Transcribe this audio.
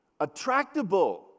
Attractable